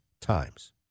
times